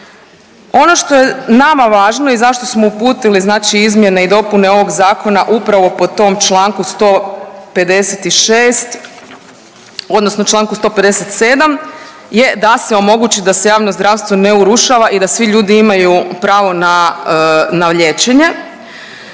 Ono što je nama važno i zašto smo uputili izmjene i dopune ovog zakona upravo po tom čl. 156. odnosno čl. 157. je da se omogući da se javno zdravstvo ne urušava i da svi ljudi imaju pravo na liječenje.